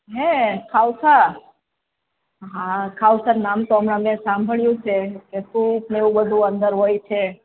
હેં ખાઉસા હા ખાઉસા નામ તો હમણા મેં સાંભળ્યું છે કે સૂપ ને એવું બધું અંદર હોય છે